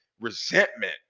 resentment